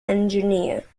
engineer